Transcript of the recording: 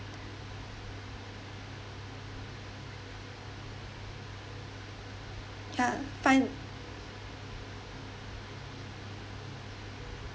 ya five